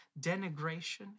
denigration